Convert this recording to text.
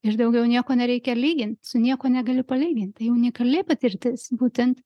ir daugiau nieko nereikia lygint su niekuo negali palyginti tai unikali patirtis būtent